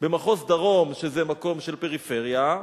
במחוז דרום, שזה מקום של פריפריה,